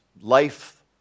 life